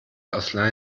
ausleihen